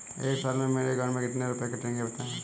एक साल में मेरे अकाउंट से कितने रुपये कटेंगे बताएँ?